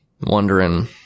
wondering